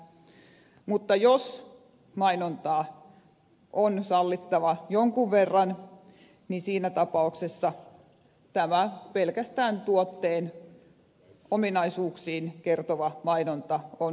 mutta jos mainontaa on sallittava jonkun verran niin siinä tapauksessa tämä pelkästään tuotteen ominaisuuksista kertova mainonta on mahdollista